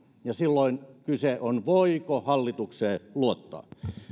ja silloin kyse on siitä voiko hallitukseen luottaa